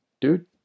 dude